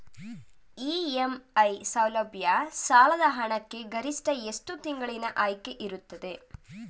EMI ಸೌಲಭ್ಯ ಸಾಲದ ಹಣಕ್ಕೆ ಗರಿಷ್ಠ ಎಷ್ಟು ತಿಂಗಳಿನ ಆಯ್ಕೆ ಇರುತ್ತದೆ?